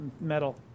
metal